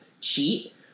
cheat